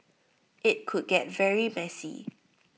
IT could get very messy